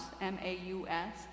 M-A-U-S